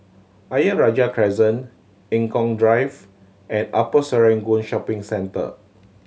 Ayer Rajah Crescent Eng Kong Drive and Upper Serangoon Shopping Centre